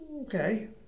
Okay